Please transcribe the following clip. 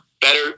better